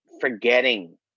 forgetting